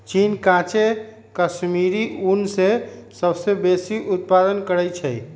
चीन काचे कश्मीरी ऊन के सबसे बेशी उत्पादन करइ छै